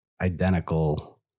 identical